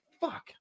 fuck